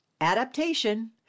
adaptation